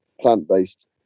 plant-based